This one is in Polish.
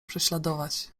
prześladować